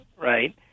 right